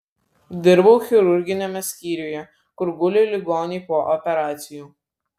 dirbau chirurginiame skyriuje kur guli ligoniai po operacijų